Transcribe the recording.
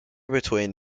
between